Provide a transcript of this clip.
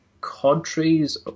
countries